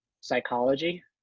psychology